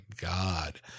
god